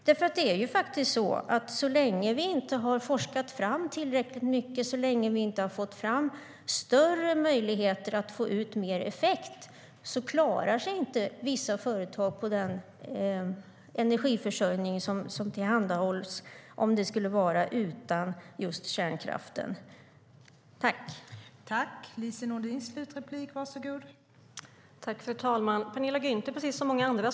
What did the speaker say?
Det är faktiskt så att så länge vi inte har forskat tillräckligt mycket och så länge vi inte har fått fram större möjligheter att få ut mer effekt klarar sig inte vissa företag på den energiförsörjning som tillhandahålls, om det skulle vara utan kärnkraften.